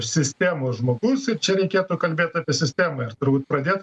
sistemos žmogus ir čia reikėtų kalbėt apie sistemą ir turbūt pradėt